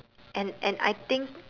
and and I think